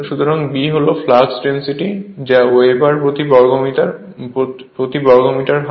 সুতরাং B হল flux density যা ওয়েবার প্রতি বর্গমিটারে হয়